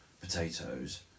potatoes